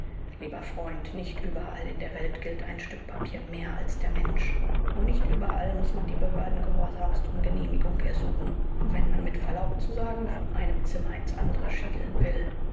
lieber freund nicht überall in der welt gilt ein stück papier mehr als der mensch und nicht überall muß man die behörden gehorsamst um genehmigung ersuchen wenn man mit verlaub zu sagen von einem zimmer ins andere schielen will